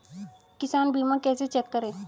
किसान बीमा कैसे चेक करें?